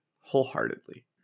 wholeheartedly